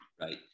Right